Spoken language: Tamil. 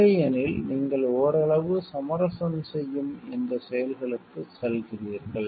இல்லையெனில் நீங்கள் ஓரளவு சமரசம் செய்யும் இந்த செயல்களுக்குச் செல்கிறீர்கள்